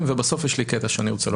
ול לא לפעול בכלל כולל - אני חושב שמישהו